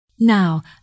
Now